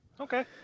Okay